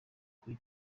kuri